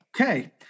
Okay